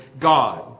God